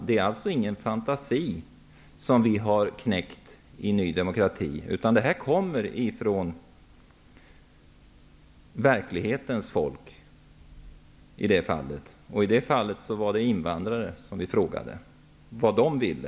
Det är ingen fantasi som Ny demokrati kläckt. Det kommer från verklighetens folk. I det här fallet invandrare som vi frågade vad de ville.